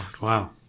Wow